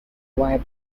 wipe